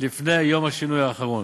לפני יום השינוי האחרון.